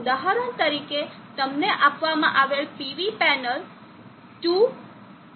ઉદાહરણ તરીકે તમને આપવામાં આવેલ PV પેનલ 2